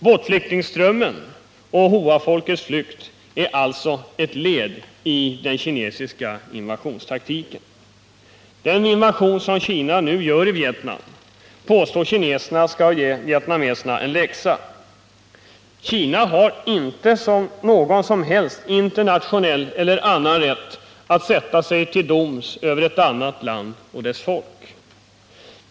Båtflyktingströmmen och Hoafolkets flykt är alltså ett led i den kinesiska invasionstaktiken. Den invasion som Kina nu gör i Vietnam påstår kineserna skall ge vietnameserna en läxa. Kina har inte någon som helst internationell eller annan rätt att sätta sig till doms över ett annat land och dess folk.